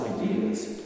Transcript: ideas